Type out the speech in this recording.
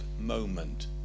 moment